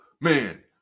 man